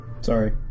Sorry